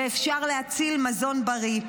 ואפשר להציל מזון בריא,